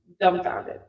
dumbfounded